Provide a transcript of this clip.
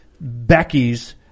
becky's